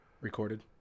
recorded